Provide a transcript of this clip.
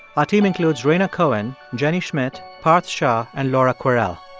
our team includes rhaina cohen, jenny schmidt, parth shah and laura kwerel.